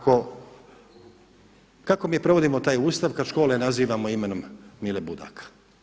Ako, kako mi provodimo taj Ustav kada škole nazivamo imenom Mile Budaka?